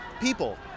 people